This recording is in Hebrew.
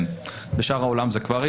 כן, בשאר העולם זה כבר התחיל.